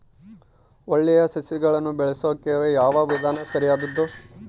ಒಳ್ಳೆ ಸಸಿಗಳನ್ನು ಬೆಳೆಸೊಕೆ ಯಾವ ವಿಧಾನ ಸರಿಯಾಗಿದ್ದು?